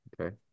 Okay